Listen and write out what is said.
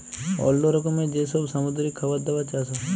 অল্লো রকমের যে সব সামুদ্রিক খাবার দাবার চাষ হ্যয়